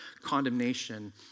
condemnation